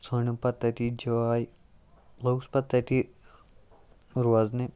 ژھٲنٛڈٕم پَتہٕ تٔتی جاے لوٚگُس پَتہٕ تٔتی روزنہِ